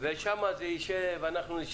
שם אנחנו נשב.